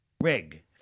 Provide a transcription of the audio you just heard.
rig